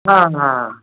হ্যাঁ হ্যাঁ